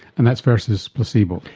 and that's versus placebo.